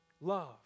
love